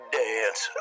dance